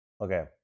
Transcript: Okay